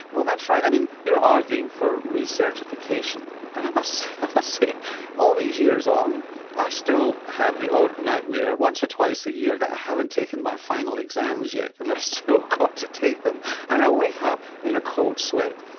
well that's right i mean you're arguing for re-certification and i must say all these years on i still have the odd nightmare once or twice a year that i haven't taken my final exams yet and i've still got to take them and i wake up in a cold sweat.